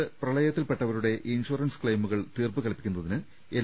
സംസ്ഥാനത്ത് പ്രളയത്തിൽപ്പെട്ടവരുടെ ഇൻഷുറൻസ് ക്ലെയിമുകൾ തീർപ്പ് കൽപ്പിക്കുന്നതിന് എൽ